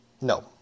no